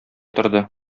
торды